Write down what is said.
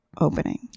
opening